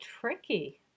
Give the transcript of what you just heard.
tricky